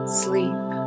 sleep